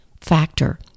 factor